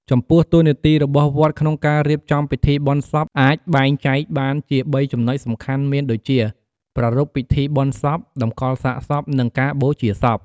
ចំពោះតួនាទីរបស់វត្តក្នុងការរៀបចំពិធីបុណ្យសពអាចបែងចែកបានជា ៣ចំណុចសំខាន់មានដូចជា ប្រារព្វពិធីបុណ្យសព កម្កលសាកសព និងការបូជាសព។